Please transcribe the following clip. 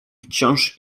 wciąż